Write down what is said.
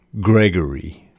Gregory